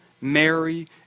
Mary